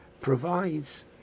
provides